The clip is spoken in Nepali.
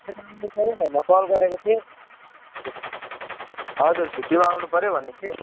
त्याता आउनु पऱ्यो भनेर कल गरेको थिएँ हजुर छुट्टीमा आउनु पऱ्यो भनेको थिएँ